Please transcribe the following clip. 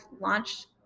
launched